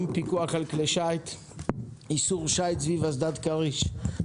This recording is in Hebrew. (פיקוח על כלי שיט)(איסור שיט סביב אסדת כריש).